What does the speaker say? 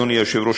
אדוני היושב-ראש,